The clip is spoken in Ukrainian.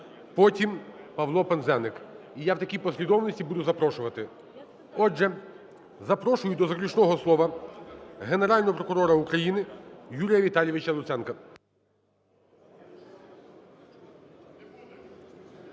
потім Павло Пинзеник. І я такі послідовності буду запрошувати. Отже, запрошую до заключного слова Генерального прокурора України Юрія Віталійовича Луценка.